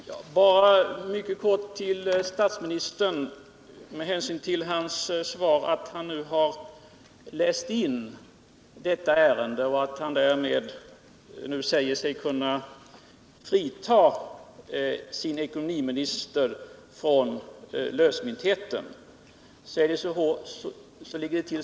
Herr talman! Bara en mycket kort replik till statsministern med hänsyn till hans svar att han nu läst in detta ärende och att han därvid funnit sig kunna frita sin ekonomiminister från beskyllningarna för lösmynthet.